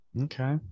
okay